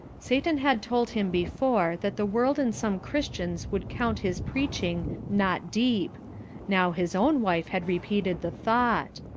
satan had told him before that the world and some christians would count his preaching not deep now his own wife had repeated the thought.